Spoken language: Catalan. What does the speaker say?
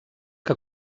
que